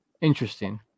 Interesting